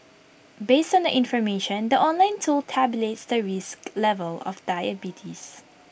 based on the information the online tool tabulates the risk level of diabetes